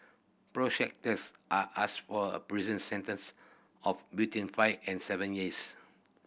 prosecutors are asked for a prison sentence of between five and seven years